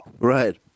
Right